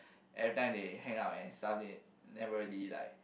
everytime they hangout and stuff they never really like